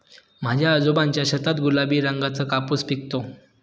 माझ्या आजोबांच्या शेतात गुलाबी रंगाचा कापूस पिकतो